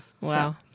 Wow